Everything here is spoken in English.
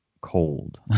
cold